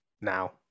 now